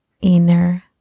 inner